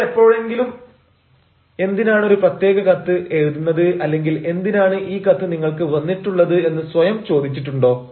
നിങ്ങൾ എപ്പോഴെങ്കിലും എന്തിനാണ് ഒരു പ്രത്യേക കത്ത് എഴുതുന്നത് അല്ലെങ്കിൽ എന്തിനാണ് ഈ കത്ത് നിങ്ങൾക്ക് വന്നിട്ടുള്ളത് എന്ന് സ്വയം ചോദിച്ചിട്ടുണ്ടോ